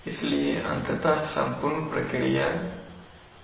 इसलिए अंततः यह संपूर्ण प्रतिक्रिया है